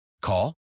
Call